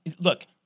look